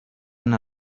and